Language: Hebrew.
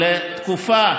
למה, בתקופה